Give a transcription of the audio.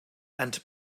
and